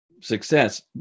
success